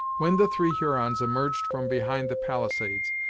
when the three hurons emerged from behind the palisades,